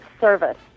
service